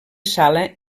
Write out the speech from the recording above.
sala